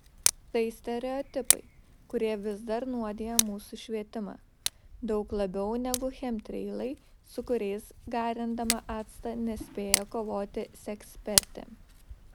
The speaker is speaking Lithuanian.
tai stereotipai kurie vis dar nuodija mūsų švietimą daug labiau negu chemtreilai su kuriais garindama actą nespėja kovoti sekspertė